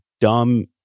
dumb